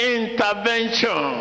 intervention